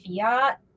Fiat